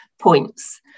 points